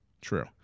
true